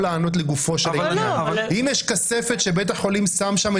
עובר למרלו"ג בלי הסכמה -- כי איילת הציגה משהו אחר.